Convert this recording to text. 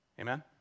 Amen